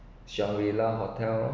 shangri-la hotel